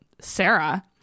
sarah